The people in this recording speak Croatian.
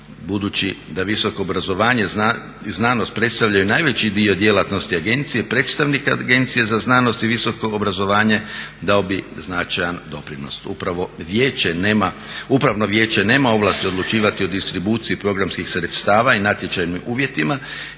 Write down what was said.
Budući da visoko obrazovanje i znanost predstavljaju najveći dio djelatnosti agencije predstavnika Agencije za znanost i visoko obrazovanje dao bi značajan doprinos. Upravno vijeće nema ovlasti odlučivati o distribuciji programskih sredstava i natječajnim uvjetima